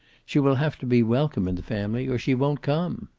she will have to be welcome in the family, or she won't come.